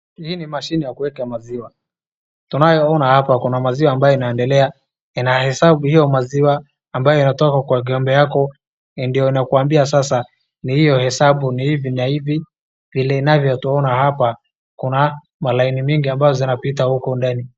Hii ni mashini ya kuweka maziwa. Tunayoona hapa kuna maziwa ambayo inaendelea, inahesabu hiyo maziwa ambayo inatoka kwa ng'ombe yako, ndio inakuambia sasa ni hiyo hesabu ni hivi na hivi, vile tunavyoona hapa kuna malaini mingi ambazo zinapita huko ndani.